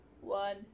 one